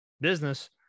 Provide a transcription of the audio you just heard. business